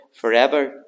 forever